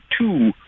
two